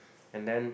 and then